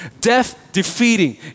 death-defeating